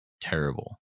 terrible